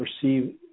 perceive